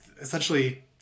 essentially